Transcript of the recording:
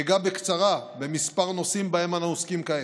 אגע בקצרה בכמה נושאים שבהם אנו עוסקים כעת: